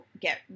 get